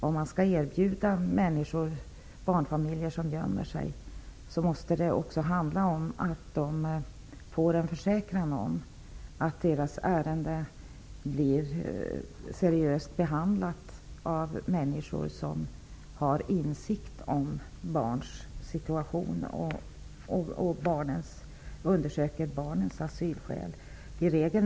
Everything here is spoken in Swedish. Om man skall erbjuda hjälp åt barnfamiljer som gömmer sig, måste de också få en försäkran om att deras ärende blir seriöst behandlat av människor som har insikt om barnens situation och undersöker barnens asylskäl.